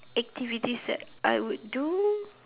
activities that I would do